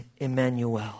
Emmanuel